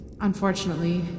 Unfortunately